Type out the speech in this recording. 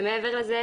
ומעבר לזה,